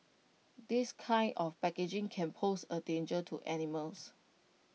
this kind of packaging can pose A danger to animals